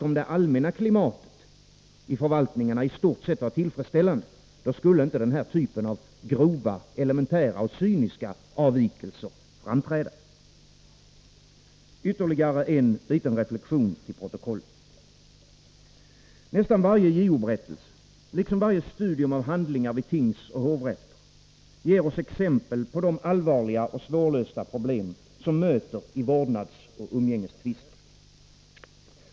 Om det allmänna klimatet i förvaltningarna i stort sett var tillfredsställande, skulle ju inte den här typen av grova, elementära och cyniska avvikelser framträda. Ytterligare en reflexion till protokollet: Nästan varje JO-berättelse, liksom varje studium av handlingar vid tingsoch hovrätter, ger oss exempel på de allvarliga och svårlösta problem som möter i vårdnadsoch umgängestvister.